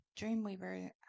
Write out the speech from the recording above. Dreamweaver